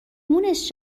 مونس